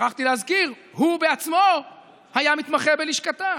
שכחתי להזכיר: הוא בעצמו היה מתמחה בלשכתה.